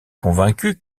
convaincu